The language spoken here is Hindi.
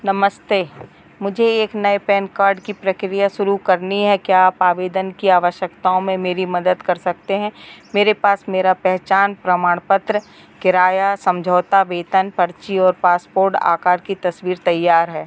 नमस्ते मुझे एक नए पैन कार्ड की प्रक्रिया शुरू करनी है क्या आप आवेदन की आवश्यकताओं में मेरी मदद कर सकते हैं मेरे पास मेरा पहचान प्रमाणपत्र किराया समझौता वेतन पर्ची और पासपोर्ट आकार की तस्वीर तैयार है